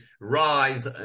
rise